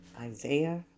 Isaiah